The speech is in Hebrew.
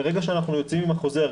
מרגע שאנחנו יוצאים עם החוזר,